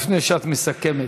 לפני שאת מסכמת,